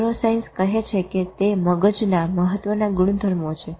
neuroscience કહે છે કે તે મગજના મહત્વના ગુણધર્મો છે